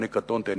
ואני קטונתי,